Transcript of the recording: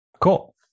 Cool